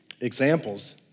examples